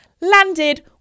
landed